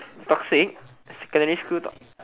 toxic secondary school